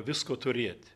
visko turėti